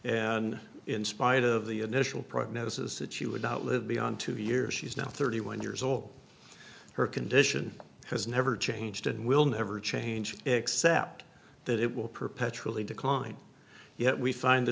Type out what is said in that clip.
and in spite of the initial prognosis that she would not live beyond two years she's now thirty one years old her condition has never changed and will never change except that it will perpetually decline yet we find the